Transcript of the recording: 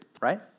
right